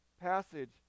passage